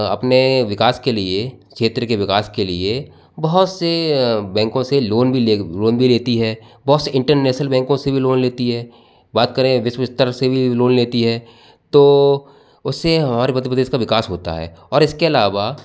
अपने विकास के लिए क्षेत्र के विकास के लिए बहुत से बैंकों से लोन भी लोन भी लेती है बहुत से इंटरनेशनल बैंकों से भी लोन लेती है बात करें विश्व स्तर से भी लोन लेती है तो उससे हमारे मध्य प्रदेश का विकास होता है और इसके अलावा